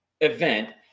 event